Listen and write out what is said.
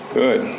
good